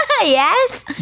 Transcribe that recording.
Yes